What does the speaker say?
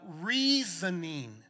reasoning